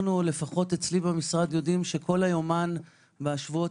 לפחות אצלי במשרד יודעים שלפחות היומן בשבועות